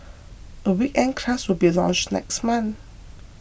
a weekend class will be launched next month